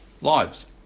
lives